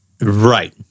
Right